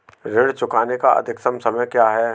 ऋण चुकाने का अधिकतम समय क्या है?